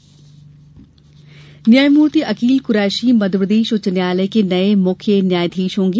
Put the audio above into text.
न्यायाधीश न्यायमूर्ति अकील क्रैशी मध्यप्रदेश उच्च न्यायालय के नये मुख्य न्यायाधीश होंगे